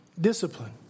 discipline